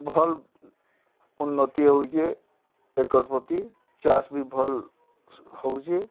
ଭଲ୍ ଉନ୍ନତି ହେଉଛେ ଏକର୍ ପ୍ରତି ଚାଷ୍ ବି ଭଲ୍ ହେଉଛେ